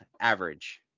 average